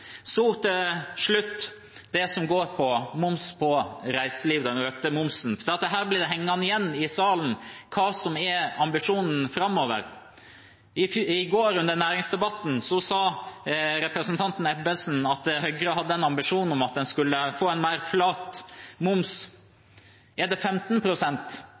Så til slutt det som går på moms på reiseliv – den økte momsen. Her blir det hengende igjen i salen hva som er ambisjonen framover. I går under næringsdebatten sa representanten Ebbesen at Høyre hadde en ambisjon om at en skulle få en mer flat moms. Er det